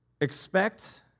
Expect